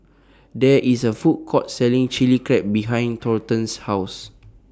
There IS A Food Court Selling Chili Crab behind Thornton's House